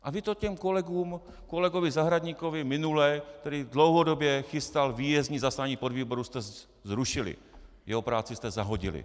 A vy to těm kolegům kolegovi Zahradníkovi minule, který dlouhodobě chystal výjezdní zasedání podvýboru, jste to zrušili, jeho práci jste zahodili.